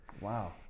Wow